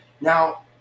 Now